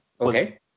Okay